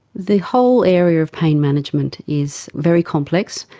the whole area of pain management is very complex,